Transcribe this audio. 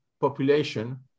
population